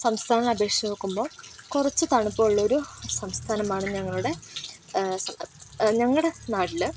സംസ്ഥാനം അപേക്ഷിച്ച് നോക്കുമ്പോൾ കുറച്ചു തണുപ്പ് തണുപ്പുള്ളൊരു സംസ്ഥാനം ആണ് നമ്മളുടെ സ ഞങ്ങളുടെ നാട്ടിൽ